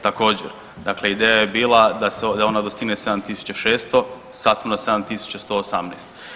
Također dakle ideja je bila da ona dostigne 7.600, sad smo na 7.118.